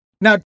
Now